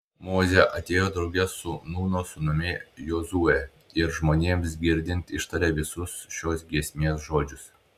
mozė atėjo drauge su nūno sūnumi jozue ir žmonėms girdint ištarė visus šios giesmės žodžius